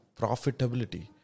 profitability